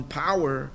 power